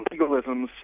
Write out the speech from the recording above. legalisms